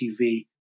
TV